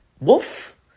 wolf